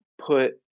put